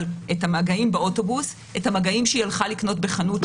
את המגעים שהיא הלכה לקנות בחנות,